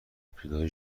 ابتدای